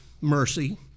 mercy